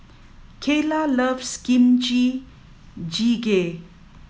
Kaela loves Kimchi Jjigae